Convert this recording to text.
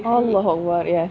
yes